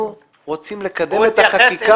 אנחנו רוצים לקדם את החקיקה ואני מבקש ממך לא להפריע.